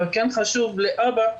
אבל חשוב להבא,